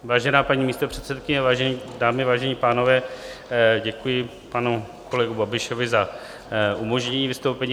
Vážená paní místopředsedkyně, vážené dámy, vážení pánové, děkuji panu kolegovi Babišovi za umožnění vystoupení.